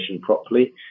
properly